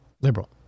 Liberal